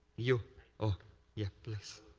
you yeah, please.